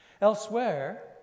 Elsewhere